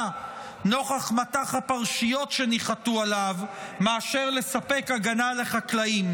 נוכח מטח הפרשיות שניחתו עליו מאשר לספק הגנה לחקלאים.